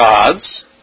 gods